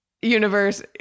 universe